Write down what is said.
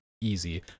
easy